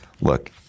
look